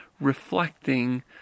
reflecting